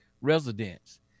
residents